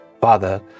father